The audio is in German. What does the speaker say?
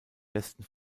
besten